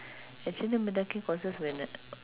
actually mendaki courses when